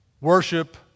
worship